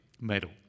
medal